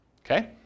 Okay